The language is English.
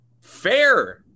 fair